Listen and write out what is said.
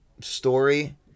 story